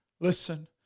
Listen